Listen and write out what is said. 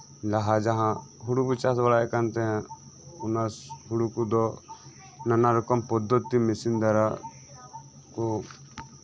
ᱞᱟᱦᱟ ᱡᱟᱸᱦᱟ ᱦᱩᱲᱩ ᱠᱚ ᱪᱟᱥᱮᱫ ᱛᱟᱸᱦᱮᱱ ᱦᱮᱸ ᱚᱱᱟ ᱦᱩᱲᱩ ᱠᱚᱫᱚ ᱱᱟᱱᱟ ᱨᱚᱠᱚᱢ ᱯᱚᱫᱽᱫᱷᱚᱛᱤ ᱢᱮᱥᱤᱱ ᱫᱟᱨᱟ ᱛᱳ